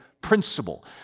principle